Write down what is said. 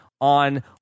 on